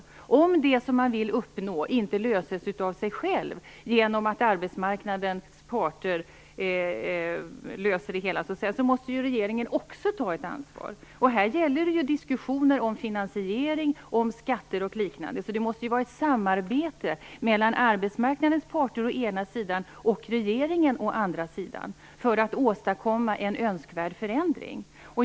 Om det som man vill uppnå inte löses av arbetsmarknadens parter, så måste ju regeringen också ta ett ansvar. Här gäller det diskussioner om finansiering, skatter och liknande. Det måste ske ett samarbete mellan arbetsmarknadens parter å ena sidan och regeringen å andra sidan för att åstadkomma en önskvärd förändring.